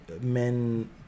men